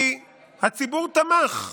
כי הציבור תמך.